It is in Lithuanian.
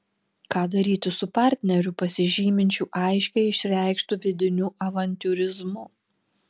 ką daryti su partneriu pasižyminčiu aiškiai išreikštu vidiniu avantiūrizmu